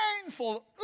painful